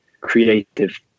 creative